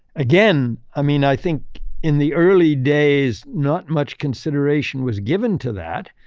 again, i mean, i think in the early days not much consideration was given to that.